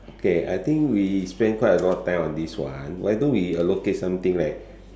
okay I think we spend quite a lot of time on this one why don't we allocate something like